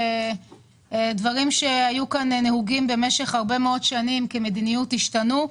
דברים שהיו נהוגים כאן במשך הרבה שנים עומדים להשתנות.